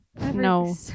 no